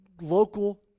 local